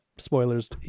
spoilers